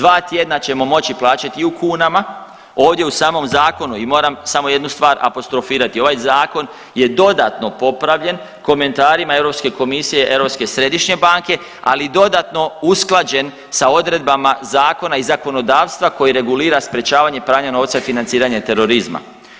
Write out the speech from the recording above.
2 tjedna ćemo moći plaćati i u kunama, ovdje u samom Zakonu i moram samo jednu stvar apostrofirati, ovaj Zakon je dodatno popravljen komentarima EU komisije, Europske središnje banke, ali i dodatno usklađen sa odredbama zakona i zakonodavstva koje regulira sprječavanje pranja novca i financiranje terorizma.